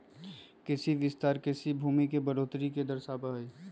कृषि विस्तार कृषि भूमि में बढ़ोतरी के दर्शावा हई